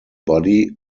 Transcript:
body